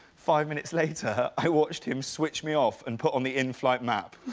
five minutes later, i watched him switch me off and put on the in-flight map.